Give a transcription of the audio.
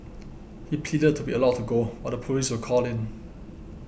he pleaded to be allowed to go but the police were called in